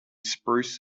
spruce